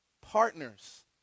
Partners